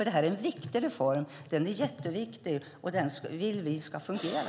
Det här är en jätteviktig reform och vi vill att den ska fungera.